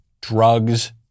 drugs